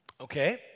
okay